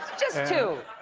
just two.